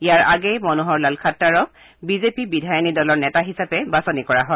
ইয়াৰ আগেয়ে মনোহৰ লাল খাট্টাৰক বিজেপি বিধায়িনী দলৰ নেতা হিচাপে বাছনি কৰা হয়